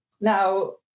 now